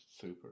super